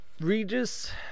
Regis